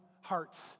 hearts